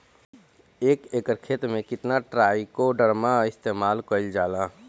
एक एकड़ खेत में कितना ट्राइकोडर्मा इस्तेमाल कईल जाला?